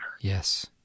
Yes